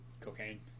cocaine